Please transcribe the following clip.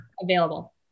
available